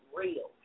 real